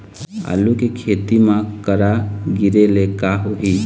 आलू के खेती म करा गिरेले का होही?